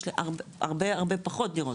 יש לי הרבה פחות דירות,